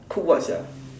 cook what sia